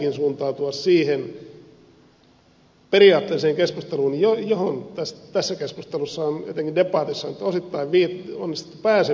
siksi pitäisikin suuntautua siihen periaatteelliseen keskusteluun johon tässä keskustelussa on jotenkin debatissa nyt osittain onnistuttu pääsemäänkin